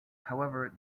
however